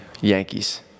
Yankees